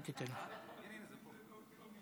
אתמול ראינו מה ששר האוצר אמר.